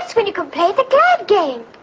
when you can play the glad game.